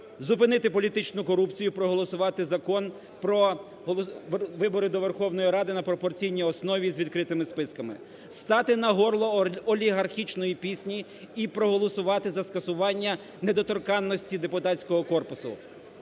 Зупинити політичну корупцію, проголосувати Закон про вибори до Верховної Ради на пропорційній основі з відкритими списками, стати на горло олігархічної пісні - і проголосувати за скасування недоторканності депутатського корпусу.